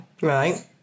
right